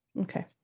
Okay